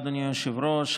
אדוני היושב-ראש.